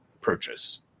purchase